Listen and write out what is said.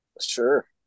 Sure